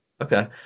okay